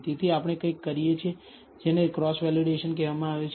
તેથી આપણે કંઈક કરીએ છીએ જેને ક્રોસ વેલિડેશન કહેવામાં આવે છે